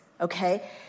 okay